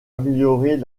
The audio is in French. améliorer